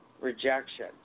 Rejection